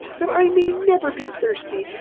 that i may never be thirsty,